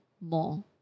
more